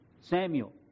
Samuel